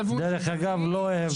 אני לא אוהב מתווים.